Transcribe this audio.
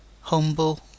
Humble